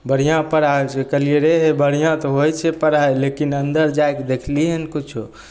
बढ़िआँ पढ़ाइ छौ कहलिए रे बढ़िआँ तऽ होइ छै पढ़ाइ लेकिन अन्दर जाकऽ देखलही हँ किछु